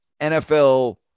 NFL